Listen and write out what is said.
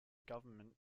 government